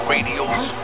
Radio's